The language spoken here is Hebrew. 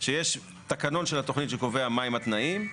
שיש תקנון של התוכנית שקובע מה הם התנאים.